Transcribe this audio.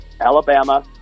Alabama